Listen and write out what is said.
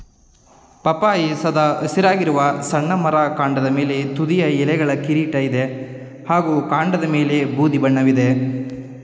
ಪಪ್ಪಾಯಿ ಸದಾ ಹಸಿರಾಗಿರುವ ಸಣ್ಣ ಮರ ಕಾಂಡದ ಮೇಲೆ ತುದಿಯ ಎಲೆಗಳ ಕಿರೀಟ ಇದೆ ಹಾಗೂ ಕಾಂಡದಮೇಲೆ ಬೂದಿ ಬಣ್ಣವಿದೆ